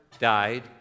died